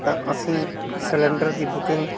ਤਾਂ ਅਸੀਂ ਸਿਲਿੰਡਰ ਦੀ ਬੁਕਿੰਗ